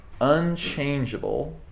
unchangeable